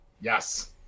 Yes